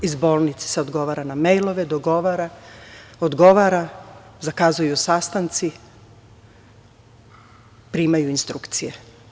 Iz bolnice se odgovara na mejlove, dogovara, odgovara, zakazuju sastanci, primaju instrukcije.